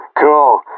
Cool